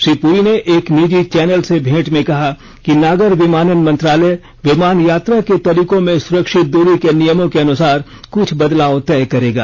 श्री प्री ने एक निजी चौनल से भेंट में कहा कि नागर विमानन मंत्रालय विमान यात्रा के तरीकों में सुरक्षित दूरी के नियमों के अनुसार कुछ बदलाव तय करेगा